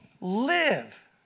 live